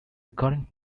current